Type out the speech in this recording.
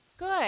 Good